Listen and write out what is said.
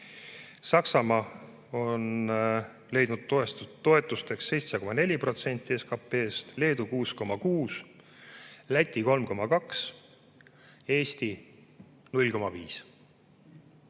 Saksamaa on leidnud toetusteks 7,4% SKP-st, Leedu 6,6%, Läti 3,2%, Eesti 0,5%.